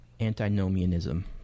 antinomianism